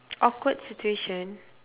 awkward situation